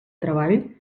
treball